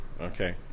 okay